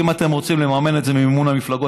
אם אתם רוצים לממן את זה ממימון המפלגות,